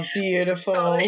beautiful